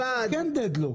אבל זה כן יכול להיות דד לוק.